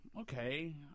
okay